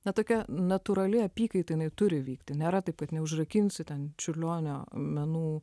na tokia natūrali apykaita jinai turi vykti nėra taip kad neužrakinsi ten čiurlionio menų